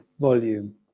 volume